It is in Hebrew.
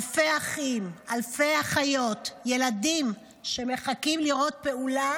אלפי אחים, אלפי אחיות, ילדים, שמחכים לראות פעולה